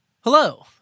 Hello